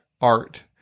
Art